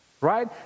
right